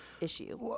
issue